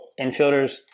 infielders